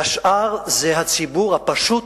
והשאר זה הציבור הפשוט,